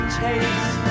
taste